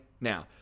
now